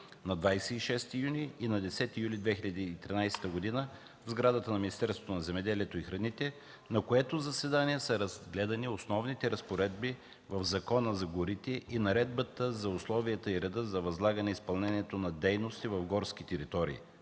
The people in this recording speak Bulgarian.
на 26 юни и на 10 юли 2013 г., в сградата на Министерството на земеделието и храните, на които са разгледани основните разпоредби в Закона за горите и Наредбата за условията и реда за възлагане изпълнението на дейности в горски територии